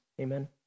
Amen